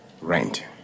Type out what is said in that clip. rent